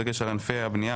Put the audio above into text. בדגש על ענפי הבנייה,